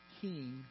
king